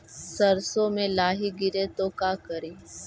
सरसो मे लाहि गिरे तो का करि?